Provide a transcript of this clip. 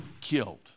killed